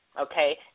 okay